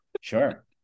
Sure